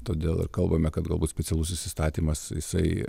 todėl ir kalbame kad galbūt specialusis įstatymas jisai